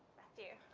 matthew.